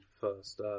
first